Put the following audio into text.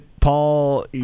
Paul